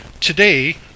today